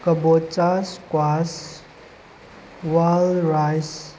ꯀꯕꯣꯆꯥ ꯏꯁꯀ꯭ꯋꯥꯁ ꯋꯥꯜ ꯔꯥꯏꯁ